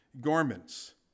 garments